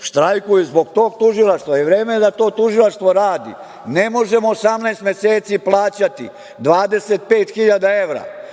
štrajkuju zbog tog tužilaštva i vreme je da to tužilaštvo radi. Ne možemo 18 meseci plaćati 25.000 evra